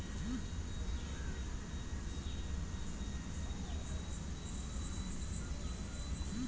ಮರನ ಅಗತ್ಯವಿರೋ ಶೈಲಿಲಿ ಕುಶಲತೆ ಮಾಡಿದ್ ನಂತ್ರ ಅದ್ನ ಬಳಕೆಗೆ ರವಾನಿಸಬೋದಾಗಿದೆ